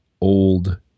old